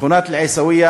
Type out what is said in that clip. שכונת אל-עיסאוויה